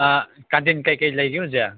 canteen ꯀꯩꯀꯩ ꯂꯩꯒꯦ ꯍꯧꯖꯤꯛ